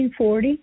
1940